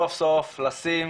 סוף סוף לשים